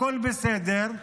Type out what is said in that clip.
הכול בסדר,